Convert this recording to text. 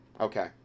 Okay